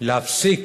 להפסיק